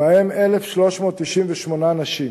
ובהם 1,398 נשים.